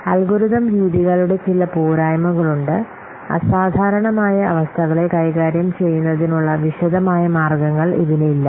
algorithm രീതികളുടെ ചില പോരായ്മകളുണ്ട് അസാധാരണമായ അവസ്ഥകളെ കൈകാര്യം ചെയ്യുന്നതിനുള്ള വിശദമായ മാർഗ്ഗങ്ങൾ ഇതിന് ഇല്ല